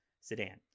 sedan